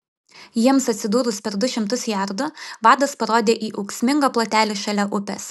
jiems atsidūrus per du šimtus jardų vadas parodė į ūksmingą plotelį šalia upės